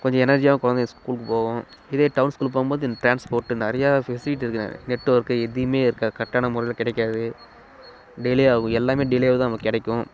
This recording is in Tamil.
கொஞ்சம் எனர்ஜியாகவும் குழந்தைங்க ஸ்கூலுக்கு போகும் இதே டவுன் ஸ்கூலுக்கு போகும்போது இந்த டிரான்ஸ்போர்ட்டு நிறையா ஃபெசிலிட்டிஸ் இருக்குது நெட்வொர்க்கு எதுவுமே இருக்காது கரெக்டான முறையில் கிடைக்காது டிலே ஆகும் எல்லாமே டிலேவாக தான் நமக்கு கிடைக்கும்